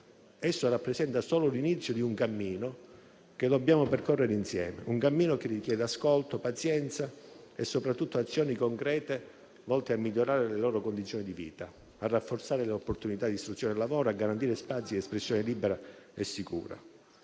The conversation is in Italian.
Esso rappresenta solo l'inizio di un cammino che dobbiamo percorrere insieme; un cammino che richiede ascolto, pazienza e soprattutto azioni concrete volte a migliorare le loro condizioni di vita, a rafforzare le opportunità di istruzione e lavoro, a garantire spazi di espressione libera e sicura.